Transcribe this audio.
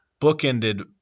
bookended